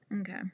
okay